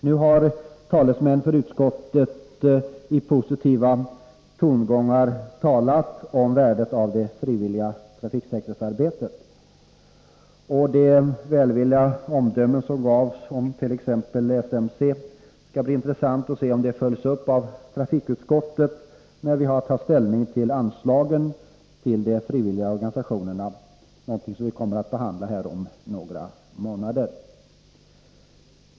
Nu har talesmän för utskottet i positiva tongångar talat om värdet av det frivilliga trafiksäkerhetsarbetet. Det skall bli intressant att se om de välvilliga omdömen som gavs om t.ex. SMC följs upp av trafikutskottet när vi har att ta ställning till anslagen till de frivilliga organisationerna, något som vi kommer att behandla om några månader.